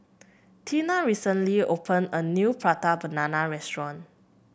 Teena recently opened a new Prata Banana restaurant